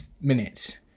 minutes